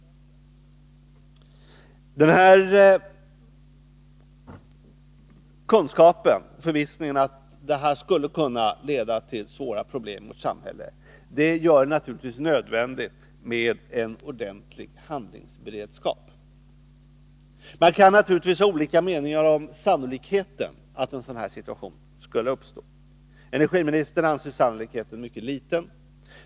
Denna kunskap — förvissningen om att detta skulle kunna leda till svåra problem i vårt samhälle — gör det naturligtvis nödvändigt med en ordentlig handlingsberedskap. Man kan naturligtvis ha olika meningar om sannolikheten för att en sådan situation skall uppstå. Energiministern anser sannolikheten vara mycket liten.